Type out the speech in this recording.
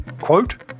quote